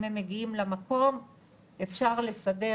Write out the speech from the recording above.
אם הם מגיעים למקום אפשר לסדר,